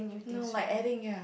no like adding it